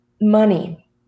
Money